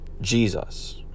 Jesus